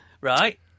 Right